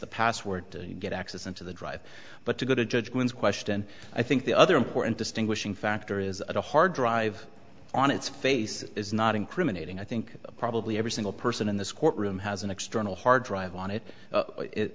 the password to get access into the drive but to go to judgment question i think the other important distinguishing factor is a hard drive on its face is not incriminating i think probably every single person in this courtroom has an external hard drive on it